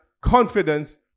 confidence